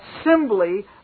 assembly